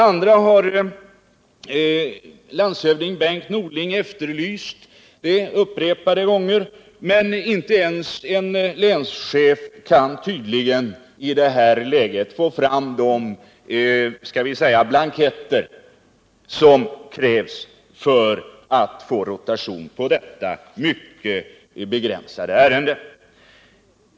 a. har landshövding Bengt Norling efterlyst det upprepade gånger, men inte ens en länschef kan tydligen få fram de ”blanketter” som krävs för att få rotation på detta mycket begränsade ärende.